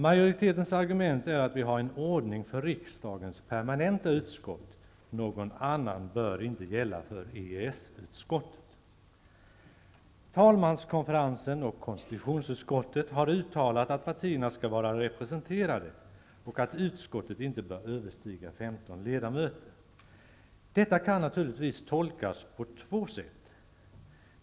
Majoritetens argument är att vi har en ordning för riksdagens permanenta utskott och att någon annan inte bör gälla för EES-utskottet. Talmanskonferensen och konstitutionsutskottet har uttalat att partierna skall vara representerade och att antalet ledamöter i utskottet inte bör överstiga 15. Detta kan naturligtvis tolkas på två sätt.